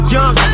Young